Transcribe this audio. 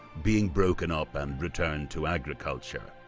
being broken up and returned to agriculture.